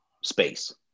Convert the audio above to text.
space